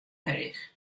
heech